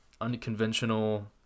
unconventional